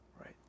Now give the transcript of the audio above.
right